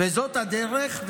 וזאת הדרך.